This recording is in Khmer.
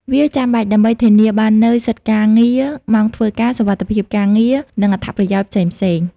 វាចាំបាច់ដើម្បីធានាបាននូវសិទ្ធិការងារ ម៉ោងធ្វើការ សុវត្ថិភាពការងារ និងអត្ថប្រយោជន៍ផ្សេងៗ។